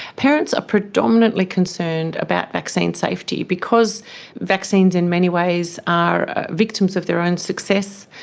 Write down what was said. parents are predominantly concerned about vaccine safety. because vaccines in many ways are victims of their own success,